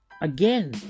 Again